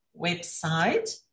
website